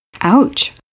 Ouch